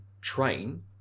train